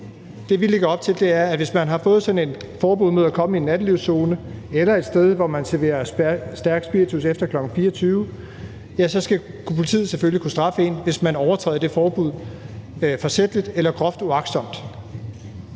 Det, vi lægger op til, er, at hvis man har fået sådan et forbud mod at komme i en nattelivszone eller et sted, hvor der serveres stærk spiritus efter kl. 24.00, ja, så skal politiet selvfølgelig kunne straffe en, hvis man overtræder det forbud forsætligt eller groft uagtsomt.